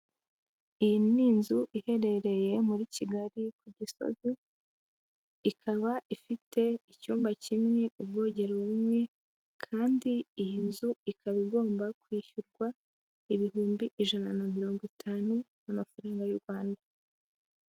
Iyi ni inzu iherereye muri Kigali ku Gisozi ikaba ifite icyumba kimwe, ubwogero bumwe kandi iyi nzu ikaba igomba kwishyurwa ibihumbi ijana na mirongo itanu by'amafaranga y'u Rwanda.